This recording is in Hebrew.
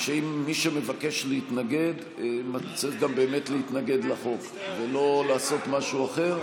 שמי שמבקש להתנגד צריך באמת להתנגד לחוק ולא לעשות משהו אחר.